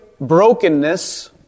Brokenness